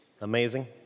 amazing